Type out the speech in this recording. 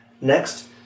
Next